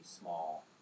small